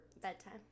Bedtime